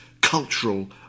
cultural